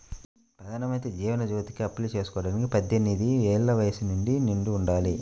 ప్రధానమంత్రి జీవన్ జ్యోతికి అప్లై చేసుకోడానికి పద్దెనిది ఏళ్ళు వయస్సు నిండి ఉండాలి